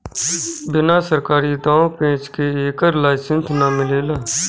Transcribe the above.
बिना सरकारी दाँव पेंच के एकर लाइसेंस ना मिलेला